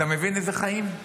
אתה מבין איזה חיים?